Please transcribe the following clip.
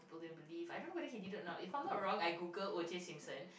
go and believe I don't know whether he did it or not if I'm not wrong I Google OJ-Simpson